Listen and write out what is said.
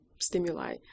stimuli